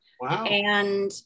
Wow